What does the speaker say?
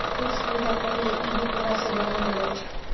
फूस के घर पहिले इही पोरा से बनऽ हलई